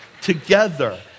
together